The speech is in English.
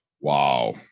Wow